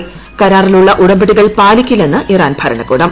്കരാറിലുള്ള ഉടമ്പടികൾ പാലിക്കില്ലെന്ന് ഇറാൻ ഭരണകുടം